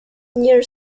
near